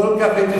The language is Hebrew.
ב-67'.